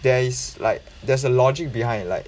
there is like there's a logic behind like